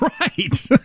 Right